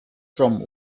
from